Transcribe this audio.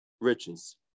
riches